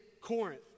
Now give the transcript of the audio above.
Corinth